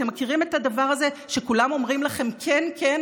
אתם מכירים את הדבר הזה שכולם אומרים לכם: כן כן,